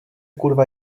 kurva